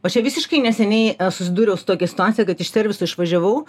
o čia visiškai neseniai susidūriau su tokia situacija kad iš serviso išvažiavau